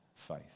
faith